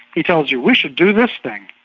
he tells you, we should do this thing.